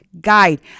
guide